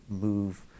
move